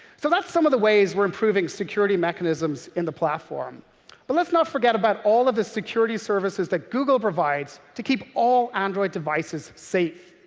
so that's some of the ways we're improving security mechanisms in the platform but let's not forget about all of the security services that google provides to keep all android devices safe.